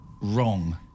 Wrong